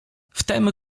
wtem